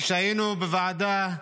כשהיינו בוועדה,